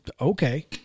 Okay